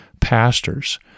pastors